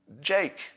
Jake